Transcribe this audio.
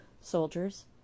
soldiers